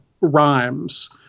rhymes